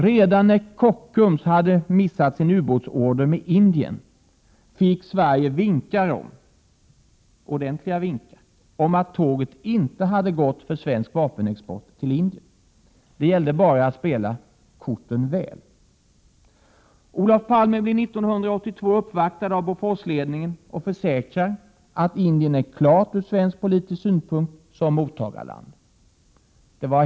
Redan när Kockums hade missat sin ubåtsorder från Indien fick Sverige en ordentlig vink om att tåget inte hade gått för svensk vapenexport till Indien. Det gällde bara att spela sina kort väl. Olof Palme blir 1982 uppvaktad av hela Boforsledningen och försäkrar att Indien är klart ur svensk politisk synpunkt som mottagarland.